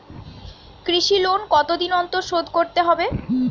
কৃষি লোন কতদিন অন্তর শোধ করতে হবে?